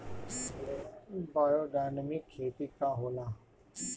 Biodynamic खेती का होला?